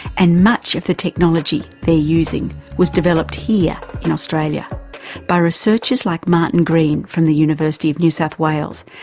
and much of the technology they are using was developed here in australia by researchers like martin green from the university of new south wales,